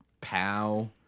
Pow